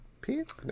Pete